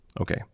Okay